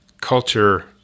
culture